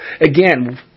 again